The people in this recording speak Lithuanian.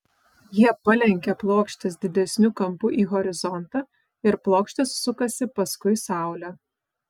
jie palenkia plokštes didesniu kampu į horizontą ir plokštės sukasi paskui saulę